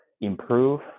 improve